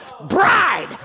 bride